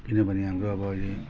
किनभने हाम्रो अब अहिले